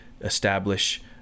establish